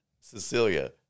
Cecilia